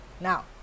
now